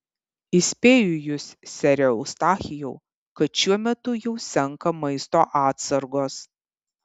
įspėju jus sere eustachijau kad šiuo metu jau senka maisto atsargos